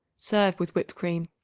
serve with whipped cream.